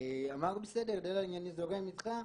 והוא אמר, בסדר, נראה אם אני זורם איתך,